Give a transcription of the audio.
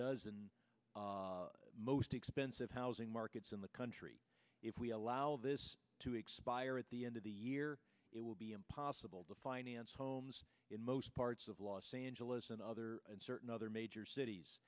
most expensive housing markets in the country if we allow this to expire at the end of the year it will be impossible to finance homes in most parts of los angeles and other and certain other major cities